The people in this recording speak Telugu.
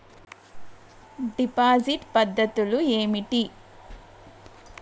డిపాజిట్ పద్ధతులు ఏమిటి?